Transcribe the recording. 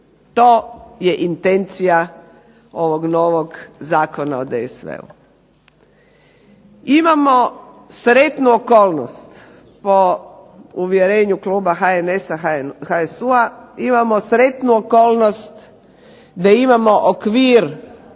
To je intencija ovog novog Zakona o DSV-u. Imamo sretnu okolnost po uvjerenju kluba HNS-a, HSU-a, imamo sretnu okolnost da imamo okvir